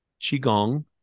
Qigong